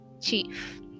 Chief